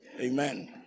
Amen